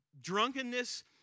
Drunkenness